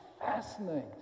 fascinating